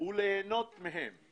וליהנות מהם.